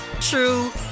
true